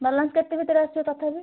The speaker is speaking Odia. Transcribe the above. ବାଲାନ୍ସ କେତେ ଭିତରେ ଆସିବ ତଥାପି